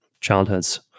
childhoods